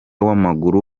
w’amaguru